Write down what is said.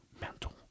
mental